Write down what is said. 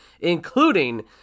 including